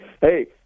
Hey